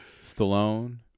Stallone